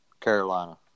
Carolina